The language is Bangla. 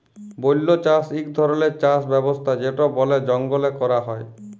বল্য চাষ ইক ধরলের চাষ ব্যবস্থা যেট বলে জঙ্গলে ক্যরা হ্যয়